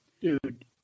Dude